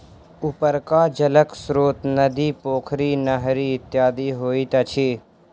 उपरका जलक स्रोत नदी, पोखरि, नहरि इत्यादि होइत अछि